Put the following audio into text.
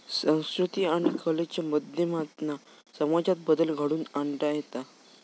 संकृती आणि कलेच्या माध्यमातना समाजात बदल घडवुन आणता येता